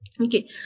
Okay